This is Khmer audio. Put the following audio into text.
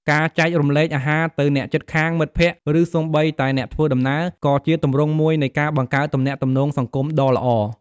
ការចែករំលែកអាហារទៅអ្នកជិតខាង មិត្តភ័ក្តិ ឬសូម្បីតែអ្នកធ្វើដំណើរ ក៏ជាទម្រង់មួយនៃការបង្កើតទំនាក់ទំនងសង្គមដ៏ល្អ។